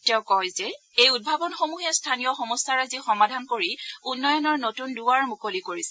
তেওঁ কয় যে এই উদ্ভাৱনসমূহে স্থানীয় সমস্যাৰাজি সমাধান কৰি উন্নয়নৰ নতুন দুৱাৰ মুকলি কৰিছে